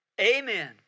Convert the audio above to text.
Amen